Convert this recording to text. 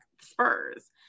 spurs